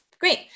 Great